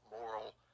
moral